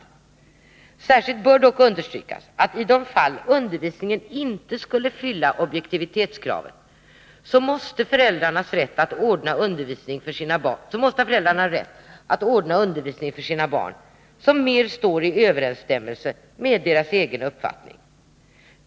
Nr 33 Särskilt bör dock understrykas att i de fall undervisningen icke skulle fylla Onsdagen den objektivitetskravet måste föräldrar ha rätt att ordna undervisning för sina 24 november 1982 barn som mer står i överensstämmelse med deras egen uppfattning.